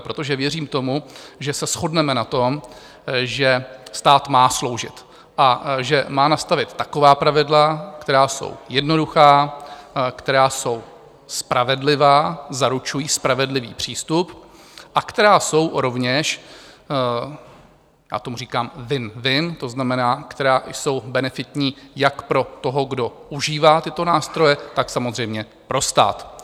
Protože věřím tomu, že se shodneme na tom, že stát má sloužit a že má nastavit taková pravidla, která jsou jednoduchá, která jsou spravedlivá, zaručují spravedlivý přístup a která jsou rovněž, já tomu říkám winwin, to znamená, která jsou benefitní jak pro toho, kdo užívá tyto nástroje, tak samozřejmě pro stát.